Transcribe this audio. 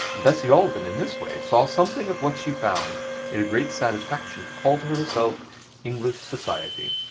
bessie alden, in this way, saw something of what she found it a great satisfaction to call to herself english society.